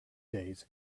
days